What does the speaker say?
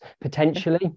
potentially